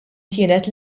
kienet